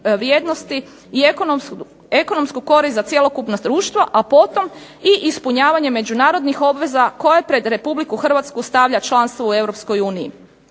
i ekonomsku korist za cjelokupno društvo, a potom i ispunjavanje međunarodnih obveza koje pred Republiku Hrvatsku stavlja članstvo u